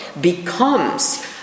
becomes